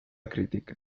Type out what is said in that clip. crítica